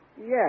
Yes